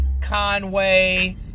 Conway